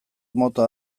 mota